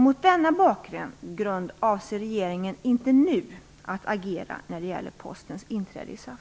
Mot denna bakgrund avser regeringen inte nu att agera när det gäller Postens inträde i SAF.